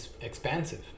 expansive